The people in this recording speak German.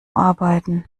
arbeiten